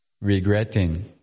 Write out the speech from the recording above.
regretting